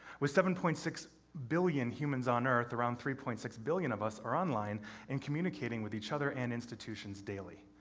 with seven point six billion humans on earth, around three point six billion of us are online and communicating with each other and institutions daily.